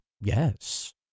Yes